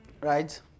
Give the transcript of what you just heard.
Right